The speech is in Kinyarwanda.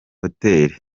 hotel